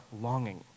longing